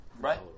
Right